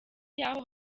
y’aho